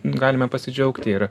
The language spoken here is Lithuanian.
galime pasidžiaugti ir